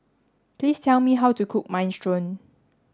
please tell me how to cook Minestrone